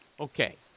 Okay